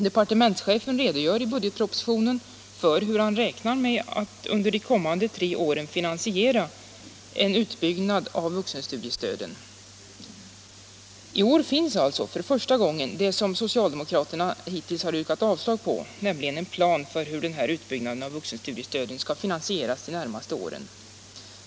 Departementschefen redogör i budgetpropositionen för hur han räknar med att under de kommande tre åren finansiera en utbyggnad av vuxenstudiestöden. I år finns alltså, Nr 88 för första gången, det som socialdemokraterna hittills har yrkat avslag Onsdagen den på, nämligen en plan för hur den här utbyggnaden av vuxenstudiestöden 16 mars 1977 skall finansieras de närmaste åren.